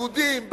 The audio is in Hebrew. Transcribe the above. יהודיים,